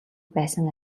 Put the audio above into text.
байсан